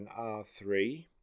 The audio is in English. R3